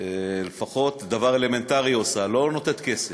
עושה לפחות דבר אלמנטרי, לא נותנת כסף,